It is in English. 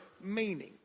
meaning